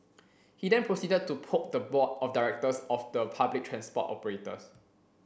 he then proceeded to poke the board of directors of the public transport operators